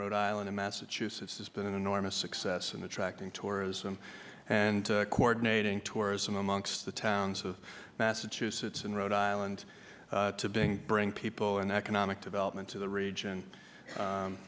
rhode island in massachusetts has been an enormous success and attracting tourism and coordinating tourism amongst the towns of massachusetts and rhode island to being bring people and economic development to the region